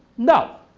no.